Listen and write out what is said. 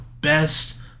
best